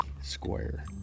square